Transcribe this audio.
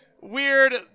weird